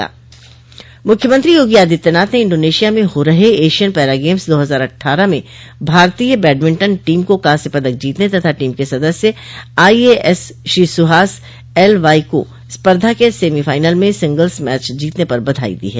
मुख्यमंत्री योगी आदित्यनाथ ने इंडोनेश्यिा में हो रहे एशियन पैरा गेम्स दो हजार अट्ठारह में भारतीय बैडमिंटन टीम को कांस्य पदक जीतने तथा टीम के सदस्य आईए एस श्री सुहास एलवाईको स्पर्धा के सेमीफाइनल में सिंगल्स मैच जीतने पर बधाई दी है